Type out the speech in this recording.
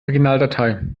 originaldatei